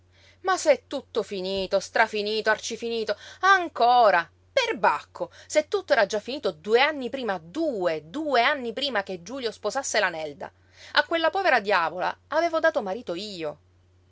ma se è tutto finito strafinito arcifinito ancora perbacco se tutto era già finito due anni prima due due anni prima che giulio sposasse la nelda a quella povera diavola avevo dato marito io